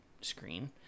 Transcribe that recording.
screen